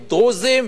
דרוזים,